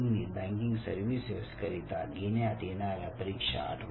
तुम्ही banking services करिता घेण्यात येणाऱ्या परीक्षा आठवा